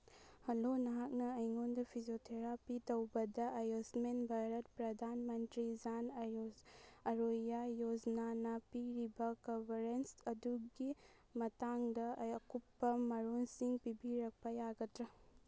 hello ꯅꯍꯥꯛꯅ ꯑꯩꯉꯣꯟꯗ physiotherapy ꯇꯧꯕꯗ ꯑꯌꯨꯁꯃꯦꯟ ꯚꯥꯔꯠ ꯄ꯭ꯔꯙꯥꯟ ꯃꯟꯇ꯭ꯔꯤ ꯖꯥꯟ ꯑꯔꯣꯌꯥ ꯌꯣꯖꯅꯅ ꯄꯤꯔꯤꯕ ꯀꯕꯔꯦꯟꯖ ꯑꯗꯨꯒꯤ ꯃꯇꯥꯡꯗ ꯑꯩ ꯑꯀꯨꯞꯄ ꯃꯔꯣꯜꯁꯤꯡ ꯄꯤꯕꯤꯔꯛꯄ ꯌꯥꯒꯗ꯭ꯔꯥ